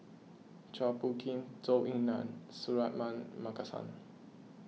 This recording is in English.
Chua Phung Kim Zhou Ying Nan Suratman Markasan